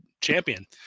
champion